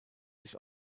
sich